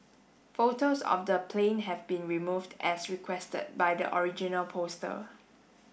photos of the plane have been removed as requested by the original poster